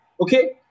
okay